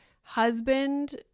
Husband